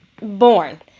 born